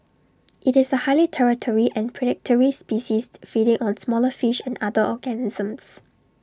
IT is A highly territorial and predatory species feeding on smaller fish and other organisms